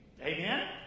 Amen